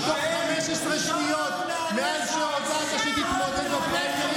איזו אידיאולוגיה יש לך,